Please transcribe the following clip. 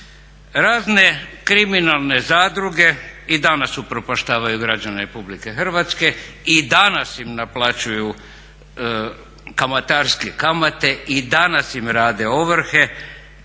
Razne kriminalne zadruge i danas upropaštavaju građane Republike Hrvatske i danas im naplaćuju kamatarske kamate i danas im rade ovrhe.